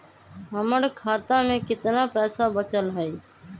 हमर खाता में केतना पैसा बचल हई?